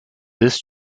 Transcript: this